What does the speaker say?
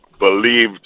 Believed